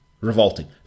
Revolting